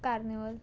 carnival